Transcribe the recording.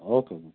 okay ma'am